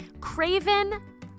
Craven